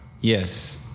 Yes